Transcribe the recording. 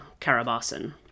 Karabasan